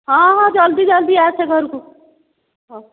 ହଁ ହଁ ଜଲ୍ଦି ଜଲ୍ଦି ଆସେ ଘରକୁ ହଁ